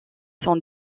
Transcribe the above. sont